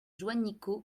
juanico